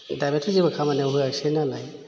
दाबायाथ' जेबो खामायाव होआसै नालाय